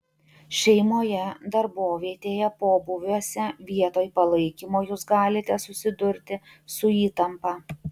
šeimoje darbovietėje pobūviuose vietoj palaikymo jūs galite susidurti su įtampa